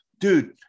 dude